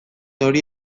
hori